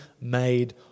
made